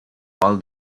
all